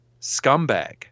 Scumbag